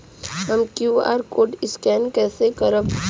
हम QR code scan कइसे करब?